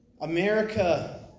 America